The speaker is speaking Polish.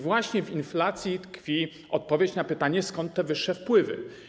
Właśnie w inflacji tkwi odpowiedź na pytanie, skąd te wyższe wpływy.